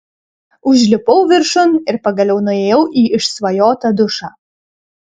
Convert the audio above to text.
užlipau viršun ir pagaliau nuėjau į išsvajotą dušą